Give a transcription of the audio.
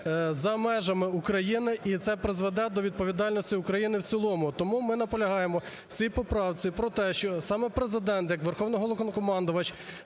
за межами України і це призведе до відповідальності України в цілому. Тому ми наполягаємо в цій поправці про те, що саме Президент, як Верховний головнокомандувач,